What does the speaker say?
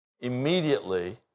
Immediately